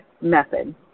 method